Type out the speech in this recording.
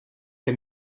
que